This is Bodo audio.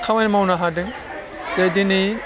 खामानि मावनो हादों जे दिनै